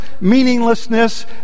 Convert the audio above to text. meaninglessness